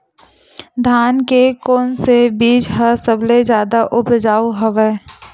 धान के कोन से बीज ह सबले जादा ऊपजाऊ हवय?